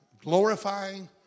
glorifying